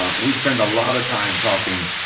ah we spend a lot of time talking